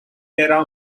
terra